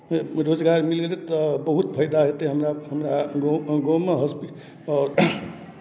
रोजगार मिल जेतै तऽ बहुत फायदा हेतै हमरा हमरा गाँवमे हॉस्पिटल आओर